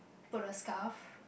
put on scarf